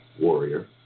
Warrior